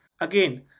again